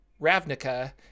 Ravnica